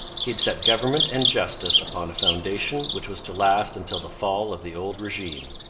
he had set government and justice upon a foundation which was to last until the fall of the old regime.